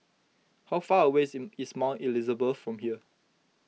how far a ways in is Mount Elizabeth from here